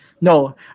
No